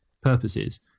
purposes